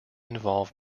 involve